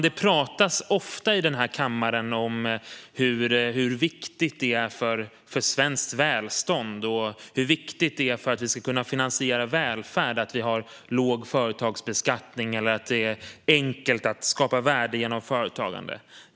Det pratas ofta i denna kammare om hur viktigt det är för svenskt välstånd och för att vi ska kunna finansiera välfärd att ha en låg företagsbeskattning och att det är enkelt att skapa värde genom företagande.